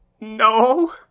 No